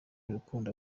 urukundo